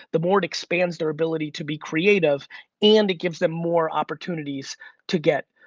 the more it expands their ability to be creative and it gives them more opportunities to get